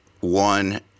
one